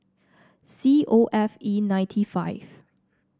C O F E ninety five